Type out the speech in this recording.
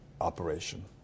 operation